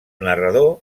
narrador